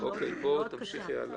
תמשיכי הלאה.